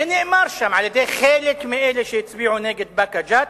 ונאמר שם, על-ידי חלק מאלה שהצביעו נגד באקה ג'ת: